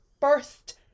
first